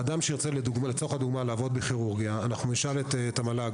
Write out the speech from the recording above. אדם שירצה לעבוד בכירורגיה אנחנו נשאל את המל"ג